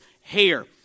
hair